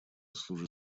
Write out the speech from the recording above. служит